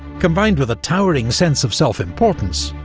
combined with a towering sense of self-importance,